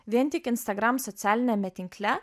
vien tik instagram socialiniame tinkle